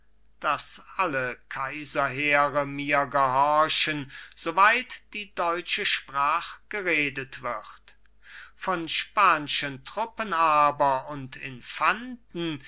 daß alle kaiserheere mir gehorchen so weit die deutsche sprach geredet wird von spanschen truppen aber und infanten